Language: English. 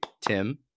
Tim